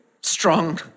strong